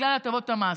בגלל הטבות המס.